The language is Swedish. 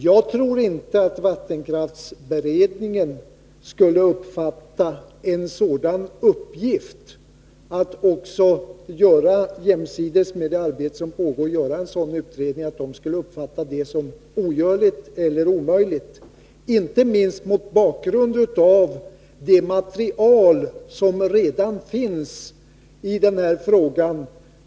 Jag tror inte att vattenkraftsberedningen skulle uppfatta det som omöjligt att göra en sådan utredning jämsides med det arbete som pågår.